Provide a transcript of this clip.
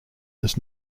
does